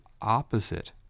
opposite